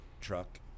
truck